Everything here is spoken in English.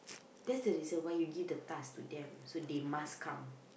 that's the reason why you give the task to them so they must come